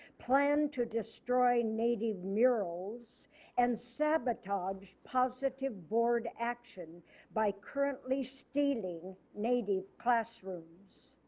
planned to destroy native murals and sabotaged positive board action by currently stealing native classrooms.